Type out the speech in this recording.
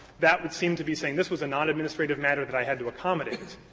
that would seem to be saying this was a nonadministrative matter that i had to accommodate.